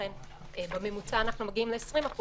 לכן בממוצע אנחנו מגיעים ל-20%,